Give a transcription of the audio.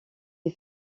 est